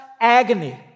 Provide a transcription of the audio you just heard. agony